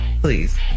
Please